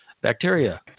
Bacteria